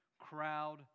crowd